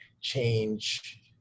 change